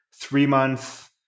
three-month –